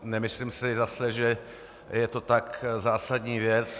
Nemyslím si zase, že je to tak zásadní věc.